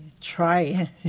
try